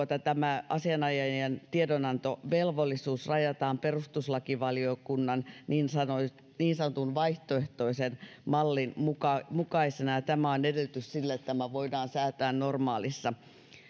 tämä asianajajien tiedonantovelvollisuus rajataan perustuslakivaliokunnan niin sanotun vaihtoehtoisen mallin mukaisena tämä on edellytys sille että tämä voidaan säätää normaalissa